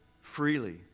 freely